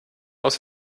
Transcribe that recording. aus